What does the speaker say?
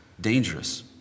dangerous